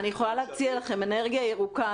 אני יכולה להציע לכם - אנרגיה ירוקה.